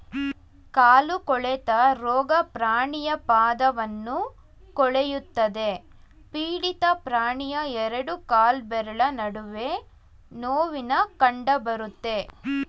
ಕಾಲು ಕೊಳೆತ ರೋಗ ಪ್ರಾಣಿಯ ಪಾದವನ್ನು ಕೊಳೆಯುತ್ತದೆ ಪೀಡಿತ ಪ್ರಾಣಿಯ ಎರಡು ಕಾಲ್ಬೆರಳ ನಡುವೆ ನೋವಿನ ಕಂಡಬರುತ್ತೆ